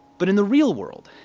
but in the real world,